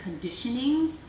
conditionings